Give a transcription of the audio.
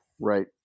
Right